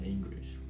English